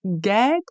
Get